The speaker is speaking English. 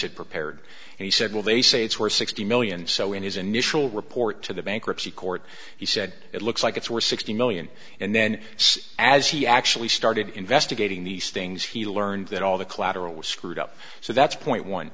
had prepared and he said well they say it's worth sixty million so in his initial report to the bankruptcy court he said it looks like it's worth sixty million and then as he actually started investigating these things he learned that all the collateral was screwed up so that's point one